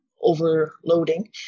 overloading